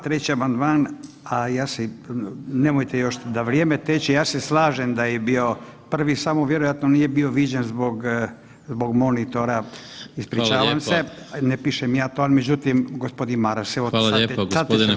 Treći amandman, a ja se, nemojte još da vrijeme teče, ja se slažem da je bio prvi samo vjerojatno nije bio viđen zbog, zbog monitora, ispričavam se, ne pišem ja to, međutim gospodin Maras, evo